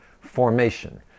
formation